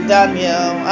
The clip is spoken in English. Daniel